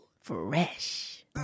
Fresh